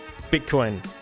Bitcoin